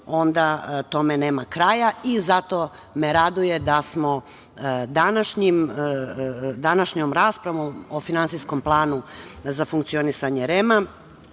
onda tome nema kraja. Zato me raduje da smo današnjom raspravom o Finansijskom planu za funkcionisanje REM-a